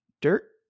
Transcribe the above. dirt